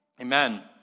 Amen